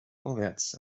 vorwärts